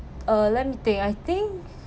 uh let me think I think